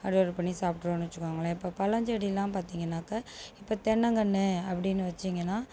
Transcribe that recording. அறுவடை பண்ணி சாப்பிட்டுருவோன்னு வச்சுக்கோங்களேன் இப்போ பழம் செடிலாம் பார்த்திங்கனாக்கா இப்போ தென்னங்கன்று அப்படினு வச்சீங்கன்னா